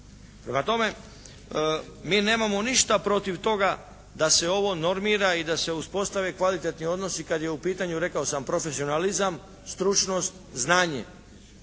Prema tome mi nemamo ništa protiv toga da se ovo normiranje i da se uspostave kvalitetni odnosi kad je u pitanju rekao sam profesionalizam, stručnost, znanje.